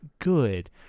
good